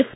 F